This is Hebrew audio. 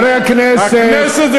חברי הכנסת,